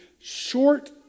short